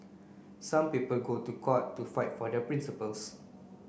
some people go to court to fight for their principles